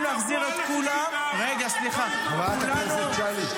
להחזיר את כולם ----- חברת הכנסת שלי.